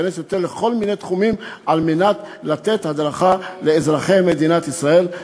להיכנס יותר לכל מיני תחומים על מנת לתת הדרכה לאזרחי מדינת ישראל.